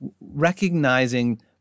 Recognizing